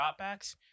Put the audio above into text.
dropbacks